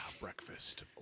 breakfast